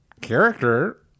character